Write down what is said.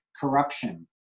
corruption